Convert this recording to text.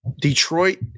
Detroit